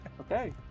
Okay